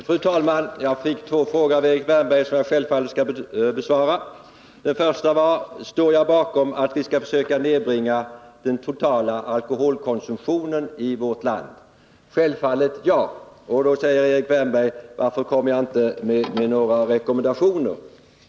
Fru talman! Jag fick två frågor av Erik Wärnberg som jag självfallet skall besvara. Den första frågan var om jag står bakom beslutet att vi skall försöka nedbringa den totala alkoholkonsumtionen i vårt land. Svaret är självfallet ja. Erik Wärnberg frågar då varför jag inte kommer med några rekommendationer.